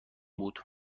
بود